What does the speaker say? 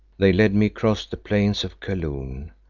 they led me across the plains of kaloon,